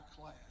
class